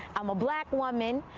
i'm a black woman,